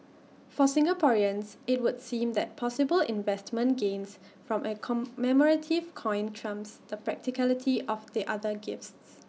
for Singaporeans IT would seem that possible investment gains from A commemorative coin trumps the practicality of the other gifts